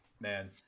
Man